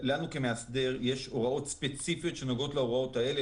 לנו כמאסדר יש הוראות ספציפיות שנוגעות להוראות האלה.